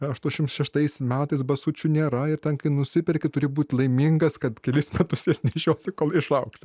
aštuoniasdešimt šeštais metais basučių nėra ir ten kai nusiperki turi būt laimingas kad kelis metus jas nešiosi kol išaugsi